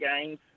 games